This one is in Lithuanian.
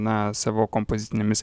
na savo kompozitinėmis